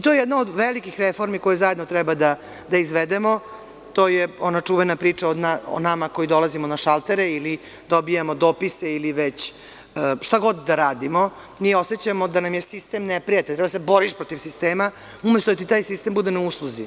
To je jedna od velikih reformi koju zajedno treba da izvedemo, to je ona čuvena priča o nama koji dolazimo na šaltere ili dobijamo dopise ili već šta god da radimo, mi osećamo da nam je sistem neprijatelj, da se boriš protiv sistema, umesto da ti taj sistem bude na usluzi.